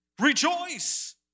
Rejoice